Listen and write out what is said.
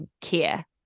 care